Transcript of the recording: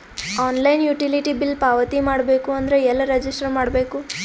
Online utility bill ಪಾವತಿ ಮಾಡಬೇಕು ಅಂದ್ರ ಎಲ್ಲ ರಜಿಸ್ಟರ್ ಮಾಡ್ಬೇಕು?